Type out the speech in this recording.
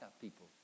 people